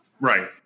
Right